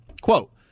quote